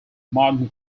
modern